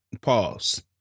pause